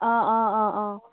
অঁ অঁ অঁ অঁ